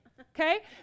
okay